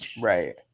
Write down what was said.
right